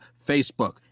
Facebook